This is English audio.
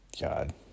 God